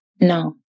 No